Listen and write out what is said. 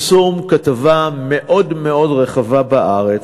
לכתבה מאוד רחבה שהתפרסמה ב"הארץ"